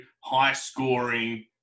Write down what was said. high-scoring